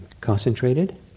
concentrated